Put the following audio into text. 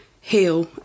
heal